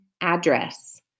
address